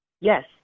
yes